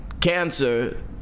cancer